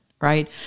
Right